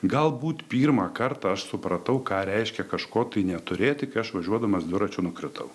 galbūt pirmą kartą aš supratau ką reiškia kažko tai neturėti kai aš važiuodamas dviračiu nukritau